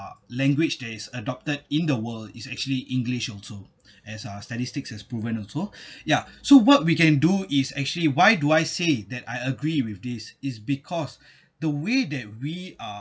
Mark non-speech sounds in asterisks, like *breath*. language that is adopted in the world is actually english also as uh statistics as proven also *breath* ya so what we can do is actually why do I say that I agree with this is because *breath* the way that we are